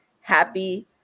happy